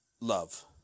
Love